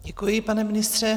Děkuji, pane ministře.